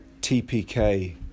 TPK